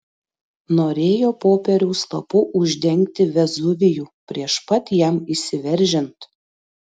norėjo popieriaus lapu uždengti vezuvijų prieš pat jam išsiveržiant